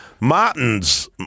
Martins